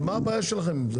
מה הבעיה שלכם עם זה?